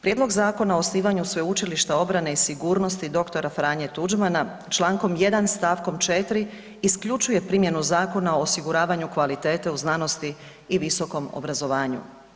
Prijedlog zakona o osnivanju Sveučilišta obrane i sigurnosti dr. Franje Tuđmana čl. 1. st. 4. isključuje primjenu Zakona o osiguravanju kvalitete u znanosti i visokom obrazovanju.